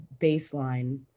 baseline